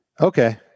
Okay